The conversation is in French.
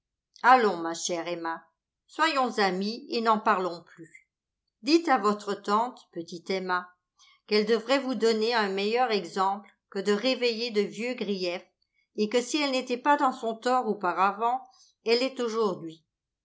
allons ma chère emma soyons amis et n'en parlons plus dites à votre tante petite emma qu'elle devrait vous donner un meilleur exemple que de réveiller de vieux griefs et que si elle n'était pas dans son tort auparavant elle l'est aujourd'hui